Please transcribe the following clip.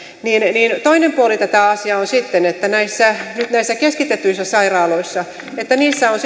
niin toinen puoli tätä asiaa on että nyt näissä keskitetyissä sairaaloissa on